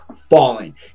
falling